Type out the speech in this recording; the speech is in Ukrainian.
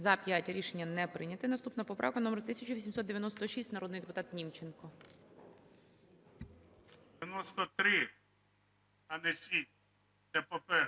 За-5 Рішення не прийнято. Наступна поправка номер 1896. Народний депутат Німченко.